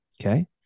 okay